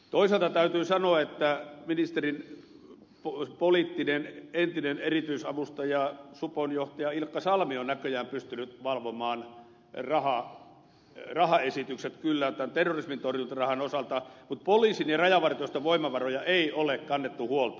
toisaalta täytyy sanoa että ministerin entinen poliittinen erityisavustaja supon johtaja ilkka salmi on näköjään pystynyt valvomaan rahaesitykset kyllä tämän terrorismintorjuntarahan osalta mutta poliisin ja rajavartioston voimavaroista ei ole kannettu huolta